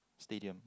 Stadium